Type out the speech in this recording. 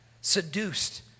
Seduced